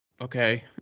Okay